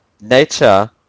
nature